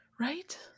Right